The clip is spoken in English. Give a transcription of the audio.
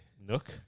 Nook